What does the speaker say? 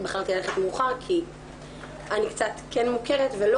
בחרתי ללכת מאוחר כי אני קצת כן מוכרת ולא